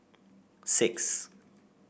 six